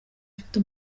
ufite